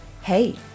Hey